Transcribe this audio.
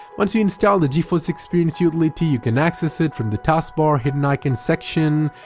once you installed the geforce experience utility, you can access it from the taskbar hidden icons section.